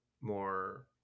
more